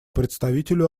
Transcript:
представителю